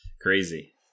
crazy